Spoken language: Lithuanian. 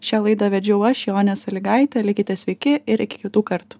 šią laidą vedžiau aš jonė salygaitė likite sveiki ir iki kitų kartų